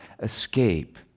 escape